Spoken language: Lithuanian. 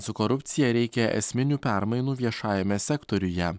su korupcija reikia esminių permainų viešajame sektoriuje